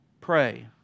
pray